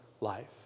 life